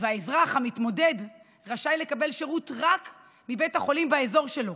והאזרח המתמודד רשאי לקבל שירות רק מבית החולים באזור שלו,